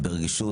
ברגישות.